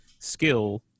skill